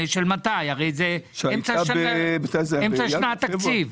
הרי זה אמצע שנת תקציב.